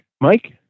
Mike